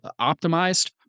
optimized